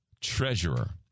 treasurer